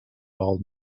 old